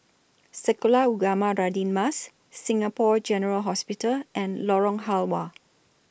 Sekolah Ugama Radin Mas Singapore General Hospital and Lorong Halwa